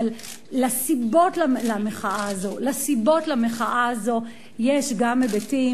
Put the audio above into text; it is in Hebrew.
אבל לסיבות למחאה הזאת יש גם היבטים,